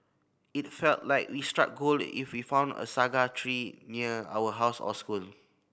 it felt like we struck gold if we found a saga tree near our house or school